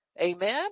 Amen